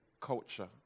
culture